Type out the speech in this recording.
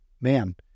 man